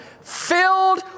filled